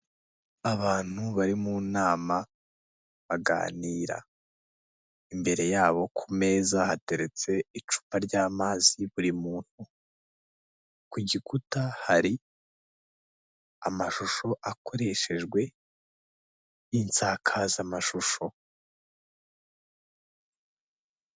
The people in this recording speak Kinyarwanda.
Abantu bari mu nama baganira, imbere yabo ku meza hateretse icupa ry'amazi buri muntu, ku gikuta hari amashusho akoreshejwe insakazamashusho.